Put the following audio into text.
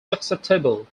susceptible